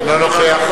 אינו נוכח